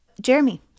Jeremy